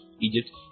Egypt